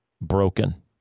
broken